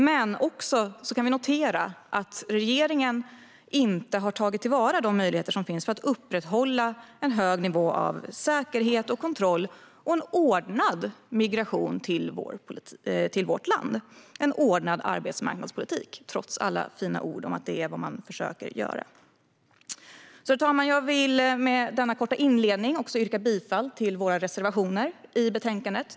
Men vi kan för det andra notera att regeringen inte har tagit till vara de möjligheter som finns inom EU-direktivet att påverka det här för att upprätthålla en hög nivå av säkerhet och kontroll, en ordnad migration till vårt land och en ordnad arbetsmarknadspolitik, trots alla fina ord om att detta är vad man försöker göra. Herr talman! Jag vill efter denna korta inledning yrka bifall till våra två reservationer i betänkandet.